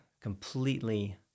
completely